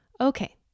Okay